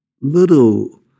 little